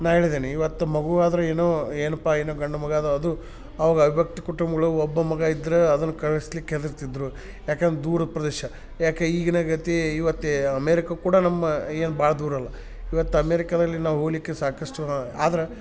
ನಾನು ಹೇಳಿದ್ದೇನೆ ಇವತ್ತು ಮಗು ಆದ್ರೆ ಏನು ಏನಪ್ಪ ಏನು ಗಂಡು ಮಗ ಅದು ಅದು ಅವಾಗ ಅವಿಭಕ್ತ ಕುಟುಂಬಗಳು ಒಬ್ಬ ಮಗ ಇದ್ರೆ ಅದನ್ನು ಕಳಿಸ್ಲಿಕ್ಕೆ ಹೆದರ್ತಿದ್ದರು ಯಾಕಂದ್ರ್ ದೂರದ ಪ್ರದೇಶ ಯಾಕೆ ಈಗಿನ ಗತಿ ಇವತ್ತು ಅಮೇರಿಕ ಕೂಡ ನಮ್ಮ ಏನು ಭಾಳ ದೂರ ಅಲ್ಲ ಇವತ್ತು ಅಮೇರಿಕದಲ್ಲಿ ನಾವು ಹೋಗ್ಲಿಕೆ ಸಾಕಷ್ಟು ಆದ್ರೆ